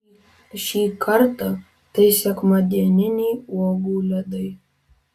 šį kartą tai sekmadieniniai uogų ledai